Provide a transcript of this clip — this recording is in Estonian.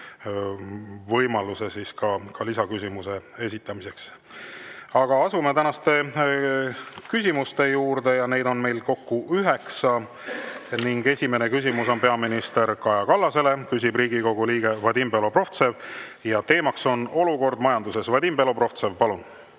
võimaluse lisaküsimuse esitamiseks. Aga asume tänaste küsimuste juurde, neid on meil kokku üheksa. Esimene küsimus on peaminister Kaja Kallasele, küsib Riigikogu liige Vadim Belobrovtsev ja teema on olukord majanduses. Vadim Belobrovtsev, palun!